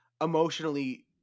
emotionally